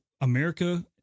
America